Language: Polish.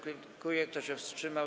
Kto się wstrzymał?